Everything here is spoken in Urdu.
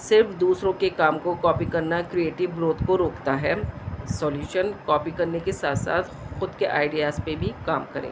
صرف دوسروں کے کام کو کاپی کرنا کریئٹو گروتھ کو روکتا ہے سولیوشن کاپی کرنے کے ساتھ ساتھ خود کے آئیڈیاز پہ بھی کام کریں